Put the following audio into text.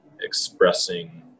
expressing